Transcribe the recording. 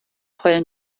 heulen